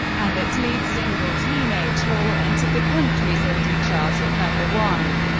and its lead single, teenage whore, entered the country's indie chart at number one.